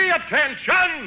attention